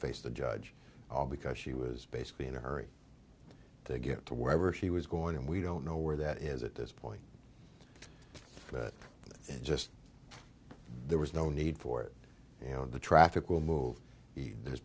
face the judge all because she was basically in a hurry to get to wherever she was going and we don't know where that is at this point but just there was no need for it you know the traffic will move there's